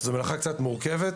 זו מלאכה קצת מורכבת,